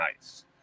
nice